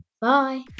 Bye